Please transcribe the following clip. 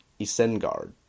Isengard